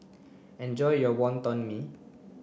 enjoy your Wonton Mee